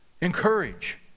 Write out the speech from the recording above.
encourage